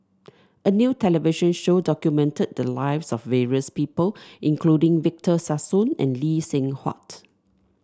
a new television show documented the lives of various people including Victor Sassoon and Lee Seng Huat